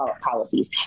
policies